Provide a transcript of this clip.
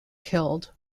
killed